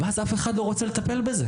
ואז אף אחד לא רוצה לטפל בזה.